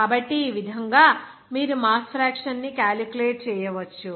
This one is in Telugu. కాబట్టి ఈ విధంగా మీరు మాస్ ఫ్రాక్షన్ ని క్యాలిక్యులేట్ చేయవచ్చు